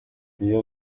uyu